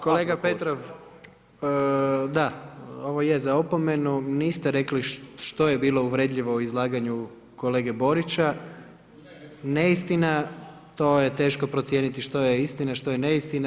Kolega Petrov, da, ovo je za opomenu, niste rekli što je bilo uvredljivo u izlaganju kolege Borića, neistina, to je teško procijeniti što je istina, što je neistina.